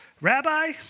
Rabbi